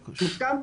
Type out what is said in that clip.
מוסכם?